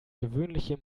gewöhnliche